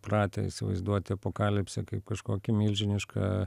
pratę įsivaizduoti apokalipsę kaip kažkokį milžinišką